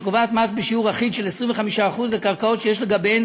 שקובעת מס בשיעור אחיד של 25% לקרקעות שיש לגביהן